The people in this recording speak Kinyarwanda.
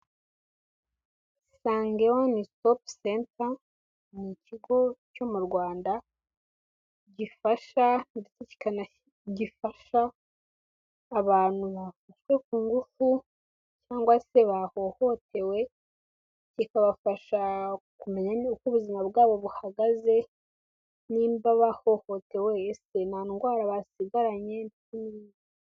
Isange wani sitopu senta ni ikigo cyo mu rwanda gifasha abantu bafashwe ku ngufu cyangwa se bahohotewe, kikabafasha kumenya uko ubuzima bwabo buhagaze niba bahohotewe ese nta ndwara basigaranye...